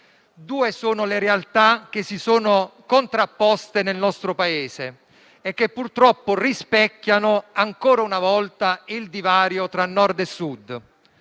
Due sono le realtà che si sono contrapposte nel nostro Paese e che, purtroppo, rispecchiano ancora una volta il divario tra Nord e Sud: